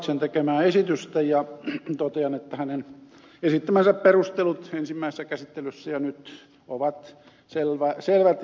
kalliksen tekemää esitystä ja totean että hänen esittämänsä perustelut ensimmäisessä käsittelyssä ja nyt ovat selvät